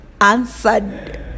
answered